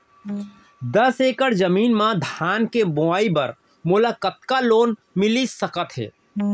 दस एकड़ जमीन मा धान के बुआई बर मोला कतका लोन मिलिस सकत हे?